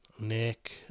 Nick